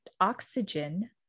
oxygen